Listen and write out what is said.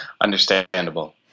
Understandable